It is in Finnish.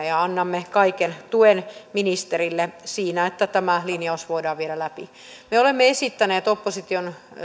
ja annamme kaiken tuen ministerille siinä että tämä linjaus voidaan viedä läpi me olemme esittäneet